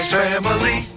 family